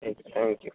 ٹھیک ہے